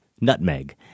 Nutmeg